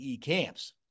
Camps